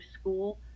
school